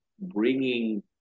bringing